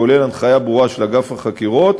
כולל הנחיה ברורה של אגף החקירות,